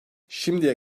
şimdiye